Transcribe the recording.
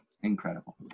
incredible